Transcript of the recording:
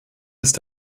ist